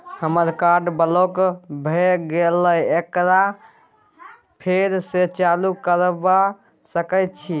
हमर card block भ गेले एकरा फेर स चालू करबा सके छि?